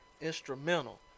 instrumental